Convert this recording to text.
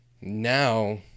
Now